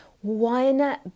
one